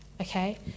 Okay